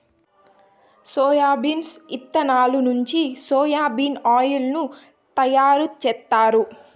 soybeans ఇత్తనాల నుంచి soya bean oil ను తయారు జేత్తారు